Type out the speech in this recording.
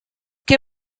què